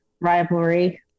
rivalry